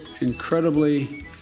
incredibly